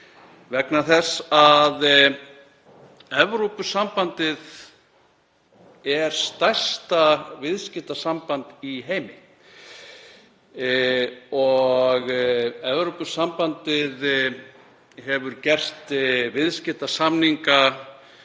vegna þess að Evrópusambandið er stærsta viðskiptasamband í heimi. Evrópusambandið hefur gert viðskiptasamninga